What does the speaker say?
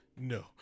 No